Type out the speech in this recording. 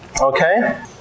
okay